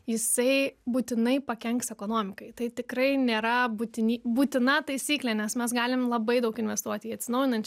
jisai būtinai pakenks ekonomikai tai tikrai nėra būtini būtina taisyklė nes mes galim labai daug investuoti į atsinaujinančią